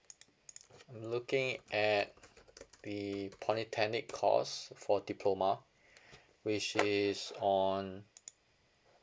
if I'm looking at the polytechnic course for diploma which is on